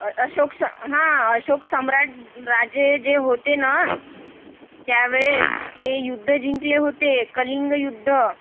अ अशोक स् हां अशोक सम्राट राजे जे होते ना त्यावेळेस ते युद्ध जिंकले होते कलिंग युद्ध